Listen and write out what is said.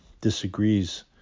disagrees